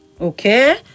Okay